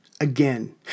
again